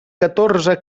catorze